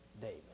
David